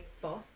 boss